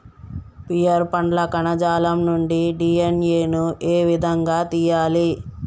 Pear పండ్ల కణజాలం నుండి డి.ఎన్.ఎ ను ఏ విధంగా తియ్యాలి?